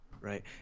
right